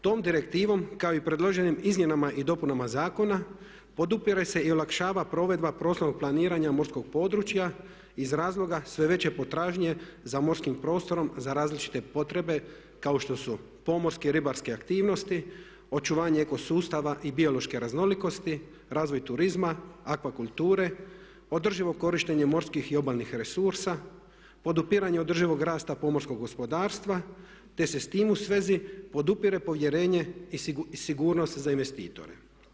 Tom direktivom kao i predloženim izmjenama i dopunama zakona podupire se i olakšava provedba prostornog planiranja morskog područja iz razloga sve veće potražnje za morskim prostorom za različite potrebe kao što su pomorske i ribarske aktivnosti, očuvanje eko sustava i biološke raznolikosti, razvoj turizma, akvakulture, održivo korištenje morskih i obalnih resursa, podupiranje održivog rasta pomorskog gospodarstva, te se s tim u svezi podupire povjerenje i sigurnost za investitore.